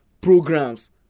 programs